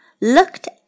looked